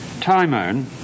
Timon